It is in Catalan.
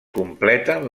completen